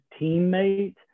teammate